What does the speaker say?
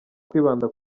kwibanda